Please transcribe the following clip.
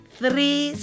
three